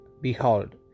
behold